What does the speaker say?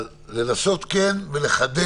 אבל כן לנסות לחדד